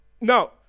No